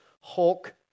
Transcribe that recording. Hulk